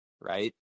Right